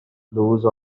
lose